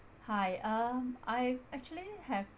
hi um I actually have